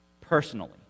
personally